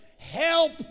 help